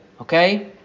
Okay